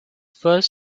first